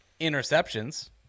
interceptions